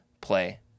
play